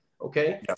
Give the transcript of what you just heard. Okay